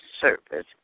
service